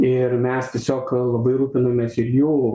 ir mes tiesiog labai rūpinamės ir jų